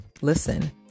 listen